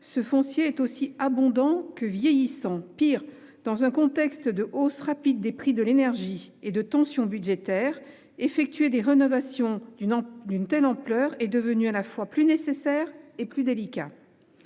ce foncier est aussi abondant que vieillissant. Pis, dans un contexte de hausse rapide des prix de l'énergie et de tensions budgétaires, effectuer des rénovations d'une telle ampleur est devenu à la fois plus nécessaire et plus délicat.